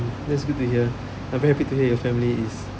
that's good to hear I very happy to hear your family is